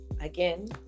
again